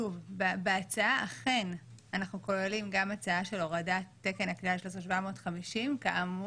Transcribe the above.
בהצעה אכן אנחנו כוללים גם הצעה של הורדת תקן הכליאה ל-13,750 כאמור,